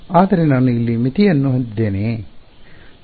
ಆದರೆ ನಾನು ಇಲ್ಲಿ ಆ ಮಿತಿಯನ್ನು ಹೊಂದಿದ್ದೇನೆಯೇ